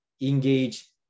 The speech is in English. engage